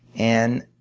and